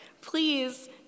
Please